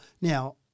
now